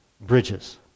bridges